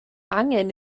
angen